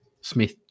Smith